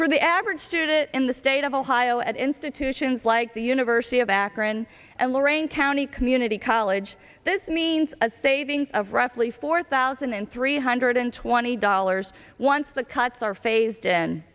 for the average student in the state of ohio at institutions like the university of akron and lorain county community college this means a savings of roughly four thousand and three hundred twenty dollars once the cuts are phased